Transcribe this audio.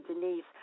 Denise